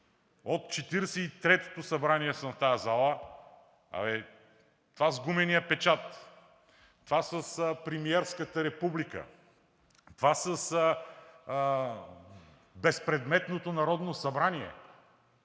от 43-тото събрание съм в тази зала, а бе това с гумения печат, това с премиерската република, това с безпредметното Народно събрание,